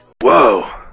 Whoa